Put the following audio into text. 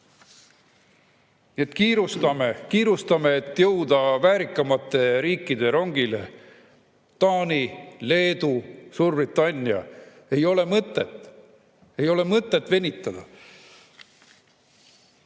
Kiirustame, et jõuda väärikamate riikide rongile: Taani, Leedu, Suurbritannia. Ei ole mõtet venitada.